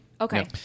Okay